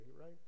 right